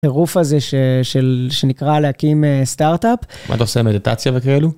הטרוף הזה שנקרא להקים סטארט-אפ. מה אתה עושה, מדיטציה וכאלו?